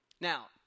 Now